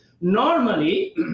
normally